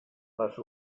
les